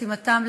משימתם,